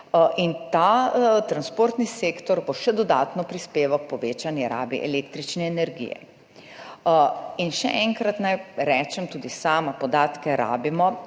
momenta. Transportni sektor bo še dodatno prispeval k povečani rabi električne energije. In še enkrat, naj rečem tudi sama, da podatke potrebujemo,